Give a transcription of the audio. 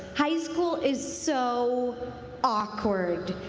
high school is so awkward.